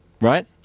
Right